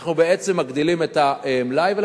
אנחנו בעצם מגדילים את המלאי, באיזה מחיר?